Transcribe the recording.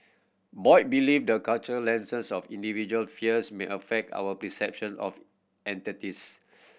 boy believe the cultural lenses of individual fears may affect our perception of entities